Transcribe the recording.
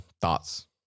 Thoughts